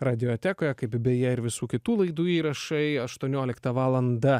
radiotekoje kaip beje ir visų kitų laidų įrašai aštuonioliktą valandą